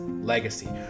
legacy